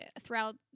throughout